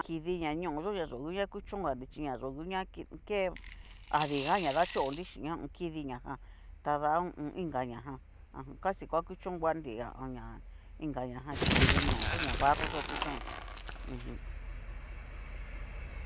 Kidi ña ñoo yo'o una kuchonganri chí ña yo'o u'ña ki keo adiga ña dachonri xhín kidiñajan tada ho o on. ingaña jan aja casi va kuchonguanri ña ingaña jan kidi ñoo yo'o ña barroyo kuchonnri u jum.